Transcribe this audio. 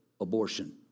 abortion